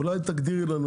אולי תגדירי לנו